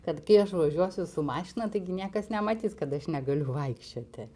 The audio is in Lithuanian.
kad kai aš važiuosiu su mašina taigi niekas nematys kad aš negaliu vaikščioti